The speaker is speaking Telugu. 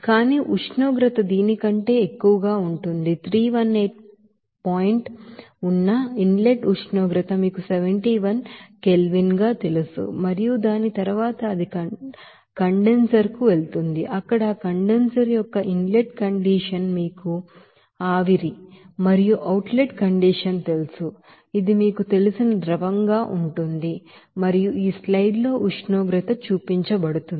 కానీ ఉష్ణోగ్రత దీని కంటే ఎక్కువగా ఉంటుంది 318 పాయింట్ ఉన్న ఇన్ లెట్ ఉష్ణోగ్రత మీకు 71 కెల్విన్ తెలుసు మరియు దాని తరువాత అది కండెన్సర్ కు వెళుతుంది అక్కడ ఆ కండెన్సర్ యొక్క ఇన్ లెట్ కండిషన్ మీకు ఆవిరి మరియు అవుట్ లెట్ కండిషన్ తెలుసు ఇది మీకు తెలిసిన ద్రవంగా ఉంటుంది మరియు స్లైడ్ ల్లో ఉష్ణోగ్రత చూపించబడుతుంది